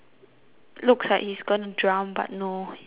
look like he is gonna drown but no okay lah same lah